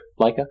Leica